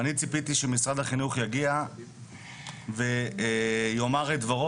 ואני ציפיתי שמשרד החינוך יגיע ויאמר את דברו